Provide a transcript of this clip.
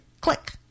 click